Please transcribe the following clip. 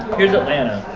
here's atlanta